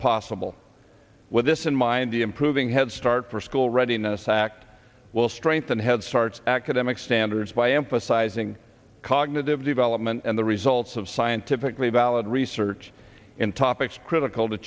possible with this in mind the improving head start for school readiness act will strengthen head start academic standards by emphasizing cognitive development and the results of scientifically valid research in topics critical to